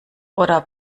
oder